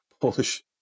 Polish